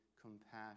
compassion